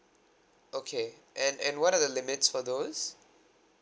okay and and what are the limits for those